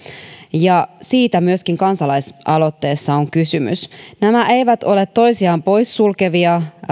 ja siitä myöskin kansalaisaloitteessa on kysymys nämä eivät ole toisiaan poissulkevia